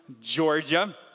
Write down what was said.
Georgia